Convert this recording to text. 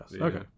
okay